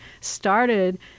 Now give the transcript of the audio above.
started